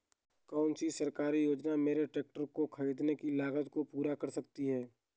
कौन सी सरकारी योजना मेरे ट्रैक्टर को ख़रीदने की लागत को पूरा कर सकती है?